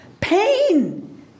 pain